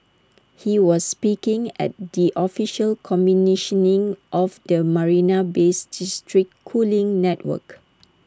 he was speaking at the official commissioning of the marina Bay's district cooling network